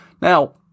Now